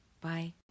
Bye